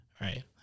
Right